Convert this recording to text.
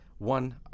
One